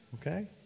okay